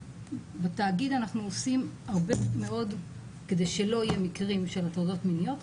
בתאגיד אנחנו עושים הרבה מאוד כדי שלא יהיו מקרים של הטרדות מיניות.